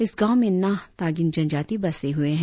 इस गांव में नाह तागिन जनजाती बसे हुए है है